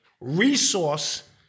resource